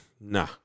nah